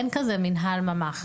אין כזה מינהל ממ"ח.